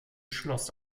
schloss